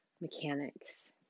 mechanics